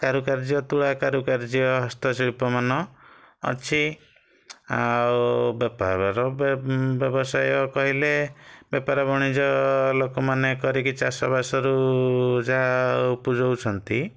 କାରୁକାର୍ଯ୍ୟ ତୁଳା କାରୁକାର୍ଯ୍ୟ ହସ୍ତଶିଳ୍ପମାନ ଅଛି ଆଉ ବେପାର ବେ ବ୍ୟବସାୟ କହିଲେ ବେପାର ବଣିଜ ଲୋକମାନେ କରିକି ଚାଷବାସରୁ ଯାହା ଉପୁଜଉଛନ୍ତି